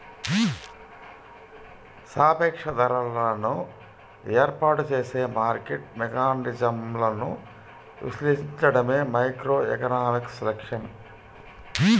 సాపేక్ష ధరలను ఏర్పాటు చేసే మార్కెట్ మెకానిజమ్లను విశ్లేషించడమే మైక్రోఎకనామిక్స్ లక్ష్యం